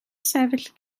sefyll